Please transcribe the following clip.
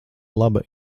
laba